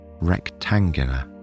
rectangular